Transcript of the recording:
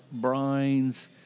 brines